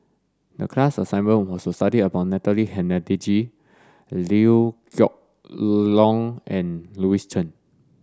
the class assignment was to study about Natalie Hennedige Liew Geok Leong and Louis Chen